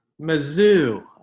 Mizzou